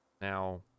Now